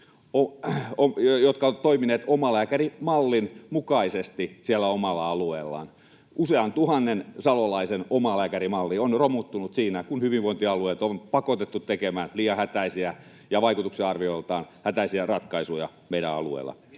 asiassa ovat toimineet omalääkärimallin mukaisesti siellä omalla alueellaan. Usean tuhannen salolaisen omalääkärimalli on romuttunut siinä, kun hyvinvointialue on pakotettu tekemään liian hätäisiä ja vaikutusarvioiltaan hätäisiä ratkaisuja meidän alueella.